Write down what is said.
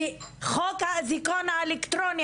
וחוק האזיקון האלקטרוני,